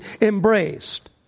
embraced